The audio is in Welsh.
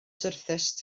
syrthiaist